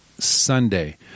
Sunday